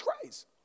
Christ